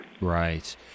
Right